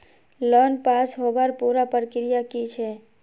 Loan pass होबार पुरा प्रक्रिया की छे?